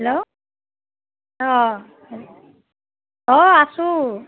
hello অঁ অঁ আছোঁ